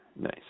nice